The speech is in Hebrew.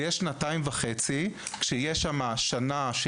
אלה יהיו שנתיים וחצי של לימודים שמתוכם תהיה שנה של